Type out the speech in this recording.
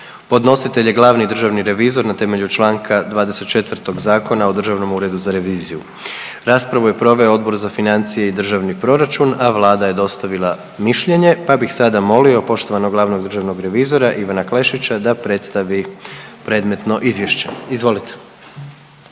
Podnositelj je glavni državni revizor na temelju čl. 24. Zakona o Državnom uredu za reviziju. Raspravu je proveo Odbor za financije i državni proračun, a Vlada je dostavila mišljenje, pa bih sada molio poštovanog glavnom državnog revizora Ivana Klešića da predstavi predmetno izvješće. Izvolite.